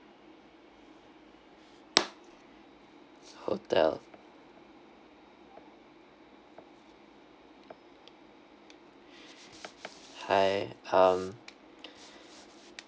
hotel hi um